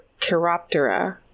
Chiroptera